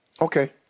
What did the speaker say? Okay